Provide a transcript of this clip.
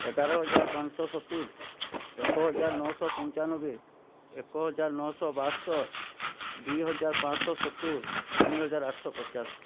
ଏଗାର ହଜାର ପାଞ୍ଚଶହ ସତୁରୀ ଏକ ହଜାର ନଅଶହ ପଞ୍ଚାନବେ ଏକ ହଜାର ନଅଶହ ବାସ୍ତରି ଦୁଇ ହଜାର ପାଞ୍ଚଶହ ସତୁରି ତିନି ହଜାର ଆଠଶହ ପଚାଶ